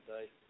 today